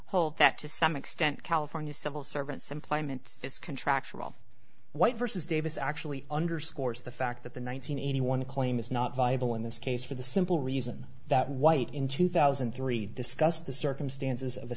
hold that to some extent california civil servants employment is contractual white versus davis actually underscores the fact that the one nine hundred eighty one claim is not viable in this case for the simple reason that white in two thousand and three discussed the circumstances of the